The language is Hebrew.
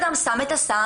שהבן אדם שם את הסם,